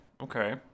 okay